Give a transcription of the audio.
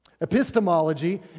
Epistemology